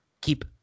keep